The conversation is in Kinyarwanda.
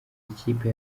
ikipe